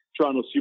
Toronto